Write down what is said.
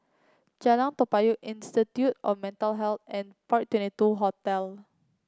Jalan Toa Payoh Institute of Mental Health and Park Twenty two Hotel